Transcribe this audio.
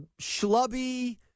schlubby